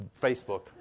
Facebook